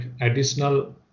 additional